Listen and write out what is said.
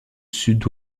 sud